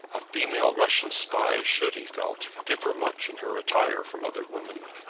a female russian spy should, he felt, differ much in her attire from other women.